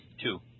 Two